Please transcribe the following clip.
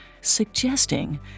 suggesting